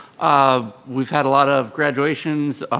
um we've had a lot of graduations,